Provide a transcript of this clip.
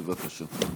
בבקשה.